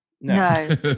No